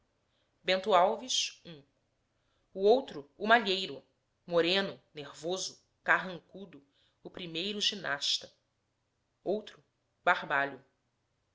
bento alves um outro o malheiro moreno nervoso carrancudo o primeiro ginasta outro barbalho